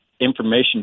information